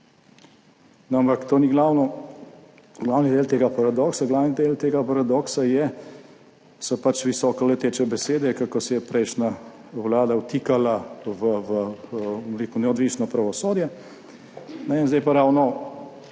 ampak to ni glavno, glavni del tega paradoksa so pač visoko leteče besede, kako se je prejšnja vlada vtikala v neodvisno pravosodje, in zdaj pa ravno